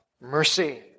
mercy